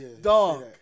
dog